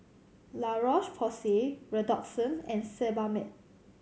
La Roche Porsay Redoxon and Sebamed